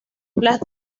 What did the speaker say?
las